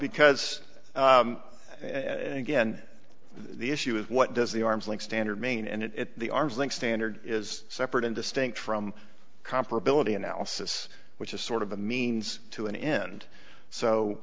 because and again the issue is what does the arm's length standard main and if the arm's length standard is separate and distinct from comparability analysis which is sort of a means to an end so